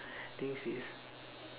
things is